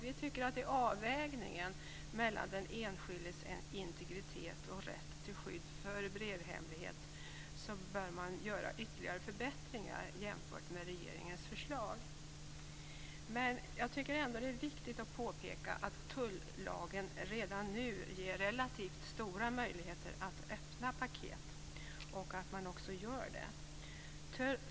Vi tycker att man vid avvägningen mellan den enskildes integritet och rätt till skydd för brevhemlighet bör göra ytterligare förbättringar jämfört med regeringens förslag. Jag tycker ändå att det är viktigt att påpeka att tullagen redan nu ger relativt stora möjligheter att öppna paket och att man också gör det.